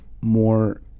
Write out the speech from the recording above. more